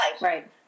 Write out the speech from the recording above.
Right